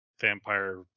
Vampire